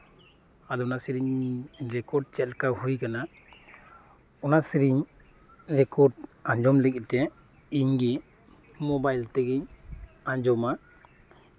ᱟᱫᱚ ᱚᱱᱟ ᱥᱮᱨᱮᱧ ᱨᱮᱠᱚᱨᱰ ᱪᱮᱫ ᱞᱮᱠᱟ ᱦᱩᱭ ᱟᱠᱟᱱᱟ ᱚᱱᱟ ᱥᱮᱨᱮᱧ ᱨᱮᱠᱚ ᱟᱸᱡᱚᱢ ᱞᱟᱹᱜᱤᱫ ᱛᱮ ᱤᱧ ᱜᱮ ᱢᱳᱵᱟᱭᱤᱞ ᱛᱮᱜᱤᱧ ᱟᱸᱡᱚᱢᱟ